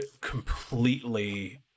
completely